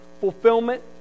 fulfillment